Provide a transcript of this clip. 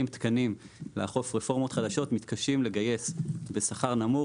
תקנים לאכוף רפורמות חדשות מתקשים לגייס בשכר נמוך,